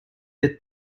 the